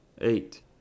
Eight